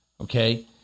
Okay